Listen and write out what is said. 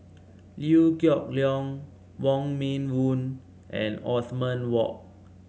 Liew Geok Leong Wong Meng Voon and Othman Wok